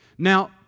Now